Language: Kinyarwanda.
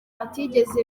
batigeze